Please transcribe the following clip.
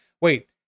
Wait